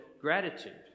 gratitude